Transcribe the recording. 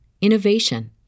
innovation